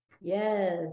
yes